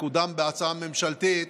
שמקודם בהצעה ממשלתית,